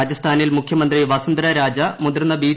രാജസ്ഥാനിൽ മുഖ്യമന്ത്രി വസുന്ധര രാജ മുതിർന്ന ബി